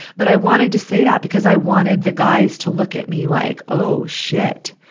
but i wanted to say that because i wanted the guys to look at me like, oh shit!